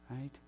right